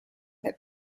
that